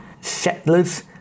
settlers